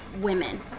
women